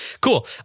Cool